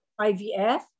IVF